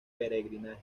peregrinaje